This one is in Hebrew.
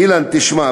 אילן, תשמע.